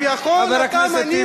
חבר הכנסת טיבי, תן לו, בבקשה.